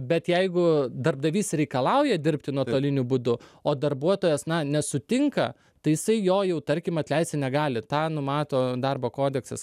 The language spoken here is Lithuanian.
bet jeigu darbdavys reikalauja dirbti nuotoliniu būdu o darbuotojas na nesutinka tai jisai jo jau tarkim atleisti negali tą numato darbo kodeksas